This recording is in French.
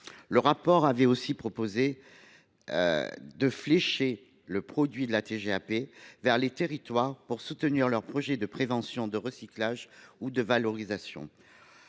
proposé dans ce rapport de flécher le produit de la TGAP vers ces territoires, pour soutenir leurs projets de prévention, de recyclage ou de valorisation.